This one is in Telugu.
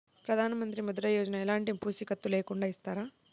ప్రధానమంత్రి ముద్ర యోజన ఎలాంటి పూసికత్తు లేకుండా ఇస్తారా?